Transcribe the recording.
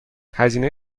هزینه